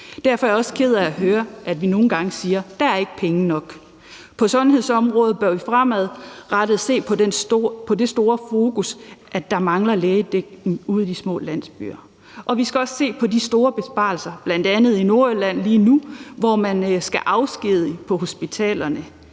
Derfor er jeg også ked af at høre, at man nogle gange siger, at der ikke er penge nok. På sundhedsområdet bør vi fremadrettet have stort fokus på, at der mangler lægedækning ude i de små landsbyer, og vi skal også se på de store besparelser, bl.a. lige nu i Nordjylland, hvor man skal afskedige på hospitalerne.